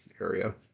area